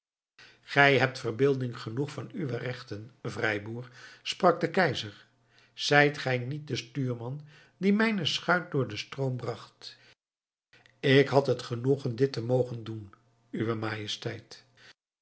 gij hebt verbeelding genoeg van uwe rechten vrijboer sprak de keizer zijt gij niet de stuurman die mijne schuit door den stroom bracht ik had het genoegen dit te mogen doen uwe majesteit